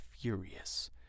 Furious